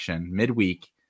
midweek